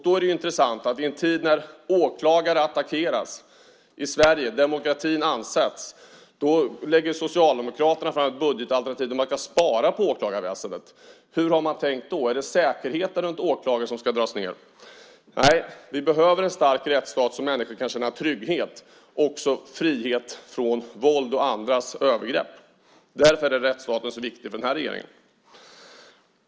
Då är det intressant att i en tid när åklagare attackeras i Sverige, när demokratin ansätts, lägger Socialdemokraterna fram ett budgetalternativ där man ska spara på åklagarväsendet. Hur har man tänkt då? Är det säkerheten runt åklagarna som ska dras ned? Nej, vi behöver en stark rättsstat så att människor kan känna trygghet och frihet från våld och andras övergrepp. Därför är rättsstaten så viktig för den här regeringen.